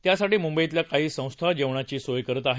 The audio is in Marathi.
त्यांच्यासाठी मूंबईतल्या काही संस्था जेवणाची सोय करत आहेत